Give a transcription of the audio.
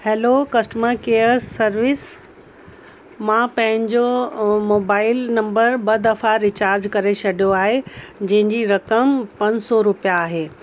hello customer care service मां पंहिंजो mobile number ॿ दफ़ा रिचार्ज करे छॾो आहे जंहिंजी रक़म पंज सौ रुपया आहे